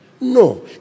No